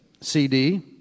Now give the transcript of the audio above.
CD